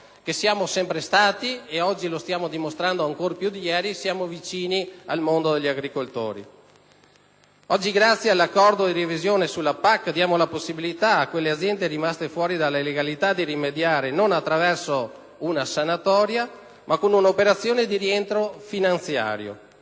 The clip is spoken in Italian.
che è sempre stata - e oggi lo sta dimostrando ancora più di ieri - vicina al mondo degli agricoltori. Oggi, grazie all'accordo di revisione della PAC, diamo la possibilità alle aziende rimaste fuori dalla legalità di rimediare non attraverso una sanatoria, ma con un'operazione di rientro finanziario.